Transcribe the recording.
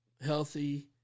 healthy